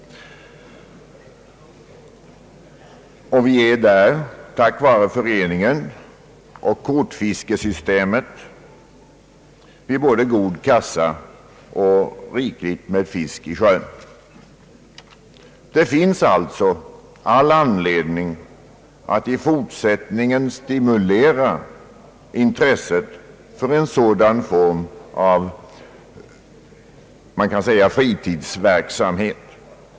Vi är där tack vare föreningen och kortfiskesystemet vid både god kassa och riklig fisk i sjön. Det finns alltså all anledning att i fortsättningen stimulera intresset för en sådan form av fritidsverksamhet, som vi kan kalla den.